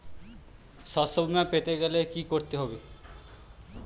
শষ্যবীমা পেতে গেলে কি করতে হবে?